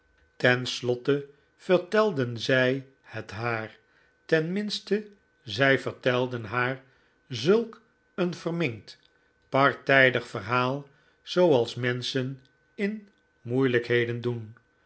slotte vertelden zij het haar ten minste zij vertelden haar zulk een verminkt partijdig verhaal zooals menschen in moeilijkheden doen